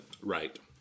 Right